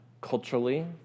culturally